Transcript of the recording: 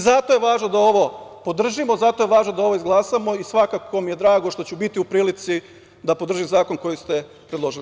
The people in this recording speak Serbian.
Zato je važno da ovo podržimo, zato je važno da ovo izglasamo i svakako mi je drago što ću biti u prilici da podržim zakon koji ste predložili.